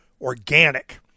organic